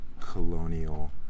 colonial